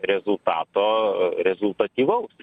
rezultato rezultatyvaus